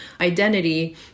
identity